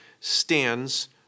stands